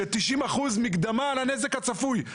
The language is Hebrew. שנתנה 90% מקדמה על הנזק הצפוי.